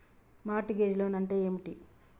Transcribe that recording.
Mart gauge loan అంటే ఏమిటి?